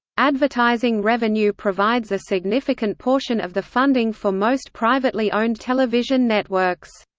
advertising revenue provides a significant portion of the funding for most privately owned television networks.